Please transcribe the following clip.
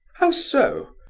how so?